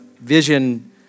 vision